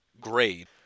grade